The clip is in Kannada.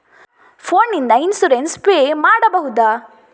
ಫೋನ್ ನಿಂದ ಇನ್ಸೂರೆನ್ಸ್ ಪೇ ಮಾಡಬಹುದ?